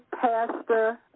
Pastor